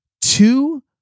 two